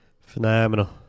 Phenomenal